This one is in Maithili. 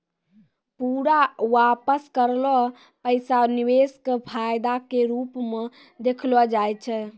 पूरा वापस करलो पैसा निवेश के फायदा के रुपो मे देखलो जाय छै